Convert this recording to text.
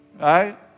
right